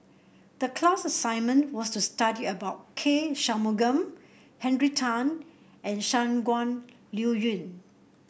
the class assignment was to study about K Shanmugam Henry Tan and Shangguan Liuyun